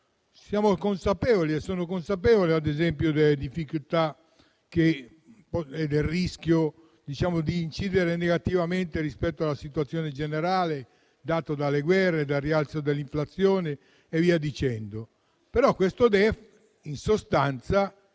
Siamo consapevoli e sono consapevole, ad esempio, delle difficoltà e del rischio di incidere negativamente rispetto alla situazione generale data dalle guerre, dal rialzo dell'inflazione, eccetera. Tuttavia, il DEF in esame,